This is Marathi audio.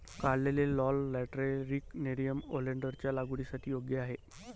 काढलेले लाल लॅटरिटिक नेरियम ओलेन्डरच्या लागवडीसाठी योग्य आहे